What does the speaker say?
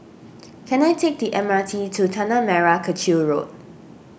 can I take the M R T to Tanah Merah Kechil Road